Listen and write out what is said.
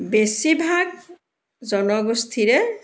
বেছিভাগ জনগোষ্ঠীৰে